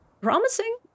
promising